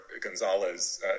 Gonzalez